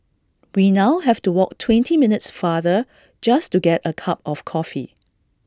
we now have to walk twenty minutes farther just to get A cup of coffee